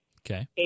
Okay